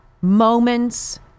moments